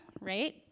right